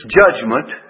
judgment